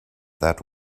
that